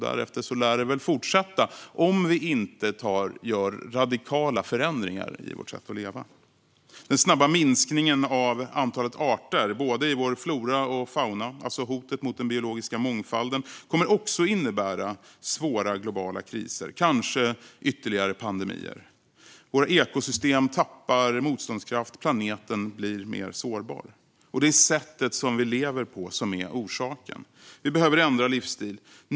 Därefter lär det fortsätta om vi inte gör radikala förändringar i vårt sätt att leva. Den snabba minskningen av antalet arter i både flora och fauna, det vill säga hotet mot den biologiska mångfalden, kommer också att innebära svåra globala kriser, kanske ytterligare pandemier. Våra ekosystem tappar motståndskraft, och planeten blir mer sårbar. Det är sättet som vi lever på som är orsaken till allt detta. Vi behöver ändra livsstil.